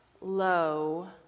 low